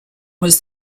was